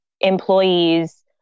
employees